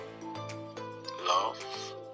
love